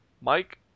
Mike